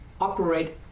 operate